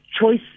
choice